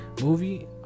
movie